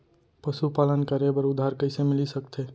पशुपालन करे बर उधार कइसे मिलिस सकथे?